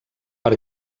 per